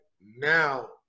now